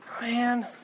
man